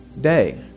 day